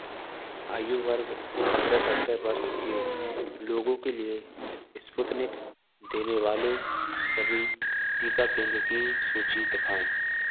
आयु वर्ग पंद्रह सत्रह वर्ष के लोगों के लिए इस्पुतनिक देने वाले सभी टीका केंद्र की सूची दिखाएँ